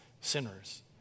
sinners